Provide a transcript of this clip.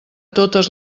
totes